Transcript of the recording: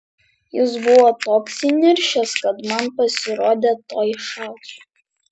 jis buvo toks įniršęs kad man pasirodė tuoj šaus